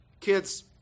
Kids